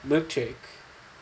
web check